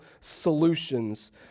solutions